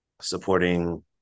supporting